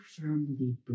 firmly